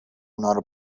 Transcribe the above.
اونارو